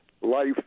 life